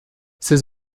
ses